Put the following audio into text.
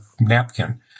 napkin